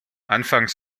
anfang